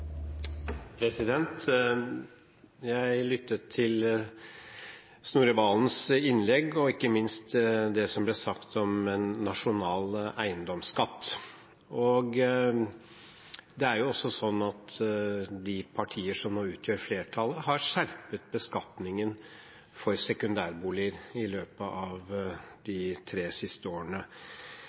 Jeg lyttet til Snorre Serigstad Valens innlegg og ikke minst det som ble sagt om en nasjonal eiendomsskatt. Det er også sånn at de partier som nå utgjør flertallet, har skjerpet beskatningen for sekundærboliger i løpet av de tre siste årene.